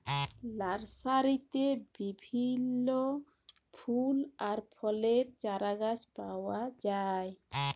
লার্সারিতে বিভিল্য ফুল আর ফলের চারাগাছ পাওয়া যায়